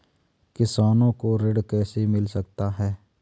किसानों को ऋण कैसे मिल सकता है?